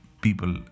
people